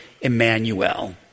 Emmanuel